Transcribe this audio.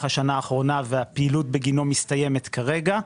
השנה האחרונה והפעילות בגינו מסתיימת כרגע,